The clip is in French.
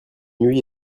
nuit